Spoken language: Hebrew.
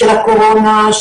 של הקורונה,